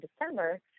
December